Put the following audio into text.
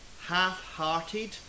half-hearted